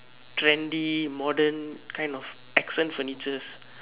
trendy modern kind of accent furniture